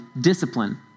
discipline